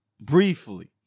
briefly